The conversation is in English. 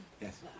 Yes